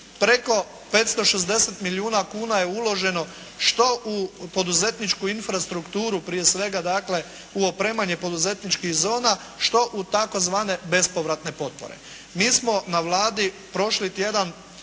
Preko 560 milijuna kuna je uloženo što u poduzetničku infrastrukturu prije svega dakle u opremanje poduzetničkih zona, što u tzv. bespovratne potpore. Mi smo na Vladi prošli tjedan